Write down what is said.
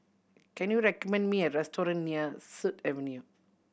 can you recommend me a restaurant near Sut Avenue